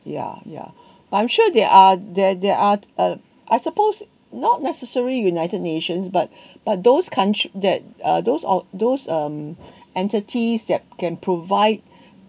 yeah yeah but I'm sure there are there there are uh I suppose not necessary united nations but but those country that uh those of those um entities that can provide